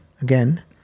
Again